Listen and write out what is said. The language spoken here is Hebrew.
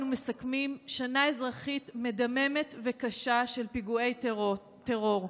אנו מסכמים שנה אזרחית מדממת וקשה של פיגועי טרור.